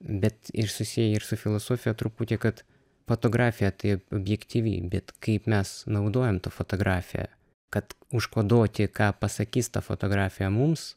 bet ir susiję ir su filosofija truputį kad fotografija tai objektyvyvi bet kaip mes naudojam tą fotografiją kad užkoduoti ką pasakys ta fotografija mums